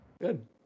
Good